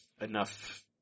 enough